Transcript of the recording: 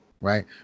right